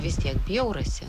vis tiek bjaurasi